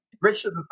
Richard